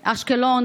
אשקלון,